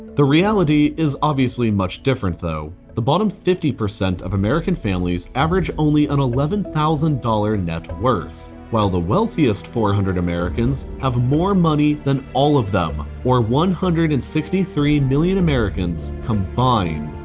the reality is obviously much different, though. the bottom fifty percent of american families average only an eleven thousand dollars net worth, while the wealthiest four hundred americans have more money than all of them or one hundred and sixty three million americans combined.